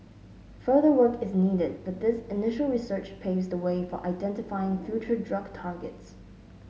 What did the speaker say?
further work is needed but this initial research paves the way for identifying future drug targets